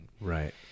right